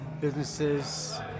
businesses